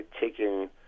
taking